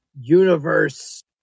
universe